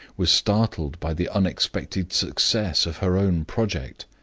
was startled by the unexpected success of her own project.